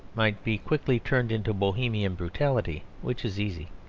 might be quickly turned into bohemian brutality, which is easy.